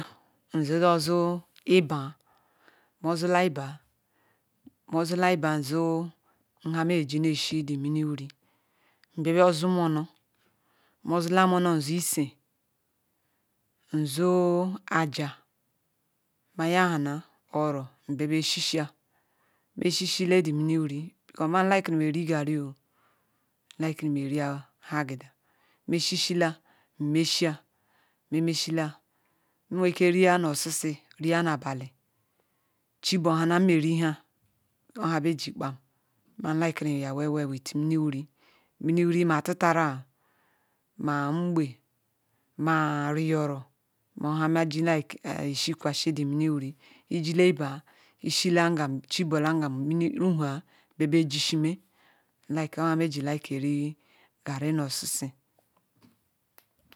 zozu moh zula iba moh zula ibu nzu nha meneji shi mini wuri nbia hozu mmoh moh zula monoh izu ise nzu ajah ma nyia-hala oro nbia beh shishi-a me shishi the Mimi wuri koma like ori garri ntuke rim yaguda meh shishi-la nmeshia meh meshila nwerike rua nu oshishi ria nu abali chi bohana nme riha obu hah we gee kpam manu like am welk well with mini wuri mini wuri ma atitara mah ngbe mah ariyoru hah meji na shikwasi the mini wuri isile ibeh ishila ngam chi bula ngam ruhua biabeh ejishime like oph hah meyi like-ri ganri noh osisi.